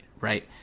right